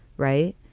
right.